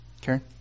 Karen